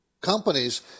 companies